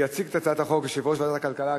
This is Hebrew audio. יציג את הצעת החוק יושב-ראש ועדת הכלכלה,